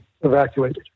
evacuated